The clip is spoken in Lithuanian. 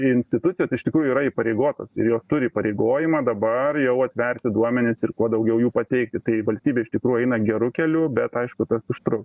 i institucijos iš tikrųjų yra įpareigotos ir jos turi įpareigojimą dabar jau atverti duomenis ir kuo daugiau jų pateikti tai valstybė iš tikrųjų eina geru keliu bet aišku tas užtruks